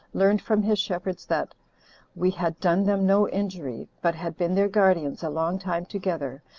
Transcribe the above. learned from his shepherds that we had done them no injury, but had been their guardians a long time together,